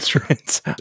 right